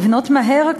לבנות מהר,